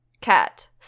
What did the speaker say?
cat